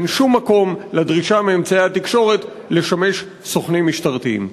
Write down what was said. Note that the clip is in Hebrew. אין שום מקום לדרישה מאמצעי התקשורת לשמש סוכנים משטרתיים.